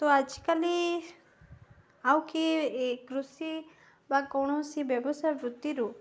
ତ ଆଜିକାଲି ଆଉ କିଏ କୃଷି ବା କୌଣସି ବ୍ୟବସାୟ ବୃତ୍ତିରୁ